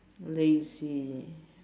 lazy